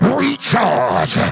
recharge